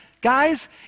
guys